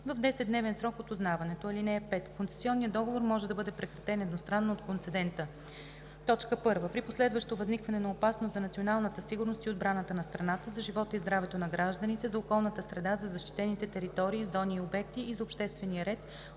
в 10-дневен срок от узнаването. (5) Концесионният договор може да бъде прекратен едностранно от концедента: 1. при последващо възникване на опасност за националната сигурност и отбраната на страната, за живота и здравето на гражданите, за околната среда, за защитените територии, зони и обекти и за обществения ред,